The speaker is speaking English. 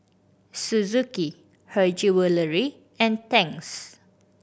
Suzuki Her Jewellery and Tangs